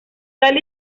sal